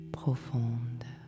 profonde